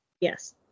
yes